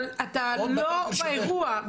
אבל אתה לא באירוע.